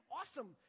awesome